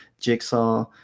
Jigsaw